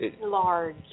Large